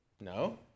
No